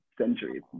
centuries